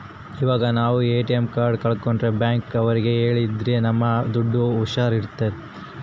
ಇವಾಗ ನಾವ್ ATM card ಕಲ್ಕೊಂಡ್ರೆ ಬ್ಯಾಂಕ್ ಅವ್ರಿಗೆ ಹೇಳಿದ್ರ ನಮ್ ದುಡ್ಡು ಹುಷಾರ್ ಇರುತ್ತೆ